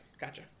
Gotcha